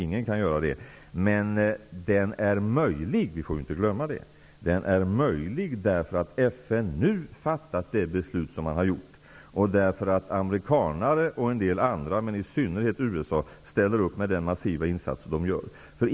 Men man får inte glömma att insatsen är möjlig, därför att FN nu har fattat det beslut som man har gjort och därför att amerikanerna och en del andra -- men i synnerhet USA -- ställer upp med sina massiva insatser.